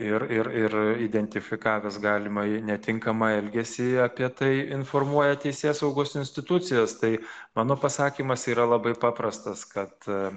ir ir ir identifikavęs galimąjį netinkamą elgesį apie tai informuoja teisėsaugos institucijas tai mano pasakymas yra labai paprastas kad